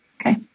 Okay